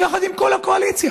יחד עם כל הקואליציה.